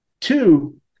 Two